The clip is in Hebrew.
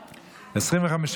נמנע?